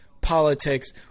politics